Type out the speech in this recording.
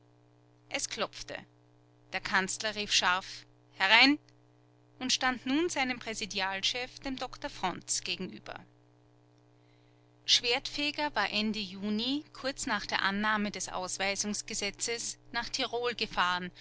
es klopfte der kanzler rief scharf herein und stand nun seinem präsidialchef dem doktor fronz gegenüber schwertfeger war ende juni kurz nach der annahme des ausweisungsgesetzes nach tirol gefahren